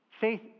Faith